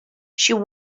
she